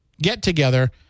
get-together